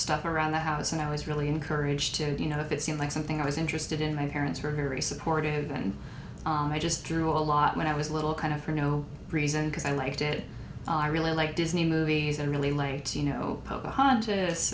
stuff around the house and i was really encouraged to you know if it seemed like something i was interested in my parents were very supportive and i just drew a lot when i was a little kind of for no reason because i liked it i really liked disney movies and really late you know pocahontas